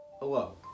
hello